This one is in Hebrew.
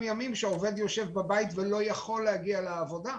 ימים שהעובד יושב בבית ולא יכול להגיע לעבודה.